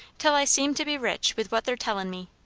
till i seem to be rich with what they're tellin' me.